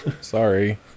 sorry